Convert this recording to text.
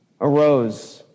arose